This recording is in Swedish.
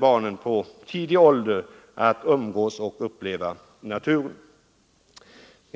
barnen i tidig ålder att umgås med och uppleva naturen.